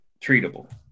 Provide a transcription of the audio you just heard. treatable